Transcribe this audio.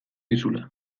dizula